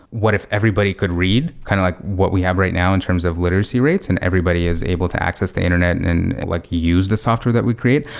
what if everybody could read? kind of like what we have right now in terms of literacy rates and everybody is able to access the internet and and like use the software that we create.